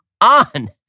on